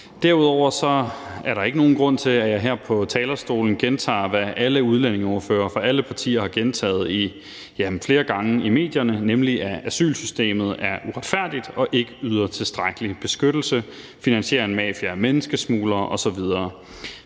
Derudover er der ikke nogen grund til, at jeg her på talerstolen gentager, hvad alle udlændingeordførere fra alle partier har gentaget flere gange i medierne, nemlig at asylsystemet er uretfærdigt, ikke yder tilstrækkelig beskyttelse, finansierer en mafia af menneskesmuglere osv.